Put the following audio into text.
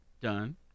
done